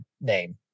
name